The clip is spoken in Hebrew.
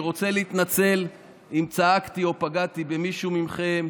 אני רוצה להתנצל אם צעקתי או פגעתי במישהו מכם.